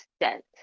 extent